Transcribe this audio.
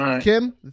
Kim